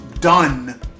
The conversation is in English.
done